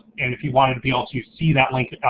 and if you wanted to be able to see that link,